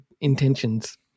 intentions